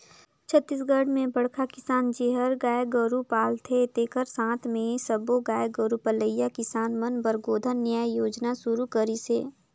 छत्तीसगढ़ में बड़खा किसान जेहर गाय गोरू पालथे तेखर साथ मे सब्बो गाय गोरू पलइया किसान मन बर गोधन न्याय योजना सुरू करिस हे